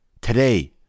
Today